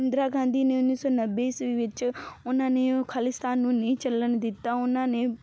ਇੰਦਰਾਂ ਗਾਂਧੀ ਨੇ ਉੱਨੀ ਸੌ ਨੱਬੇ ਈਸਵੀਂ ਵਿੱਚ ਉਹਨਾਂ ਨੇ ਉਹ ਖਾਲਿਸਤਾਨ ਨੂੰ ਨਹੀਂ ਚੱਲਣ ਦਿੱਤਾ ਉਹਨਾਂ ਨੇ